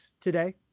today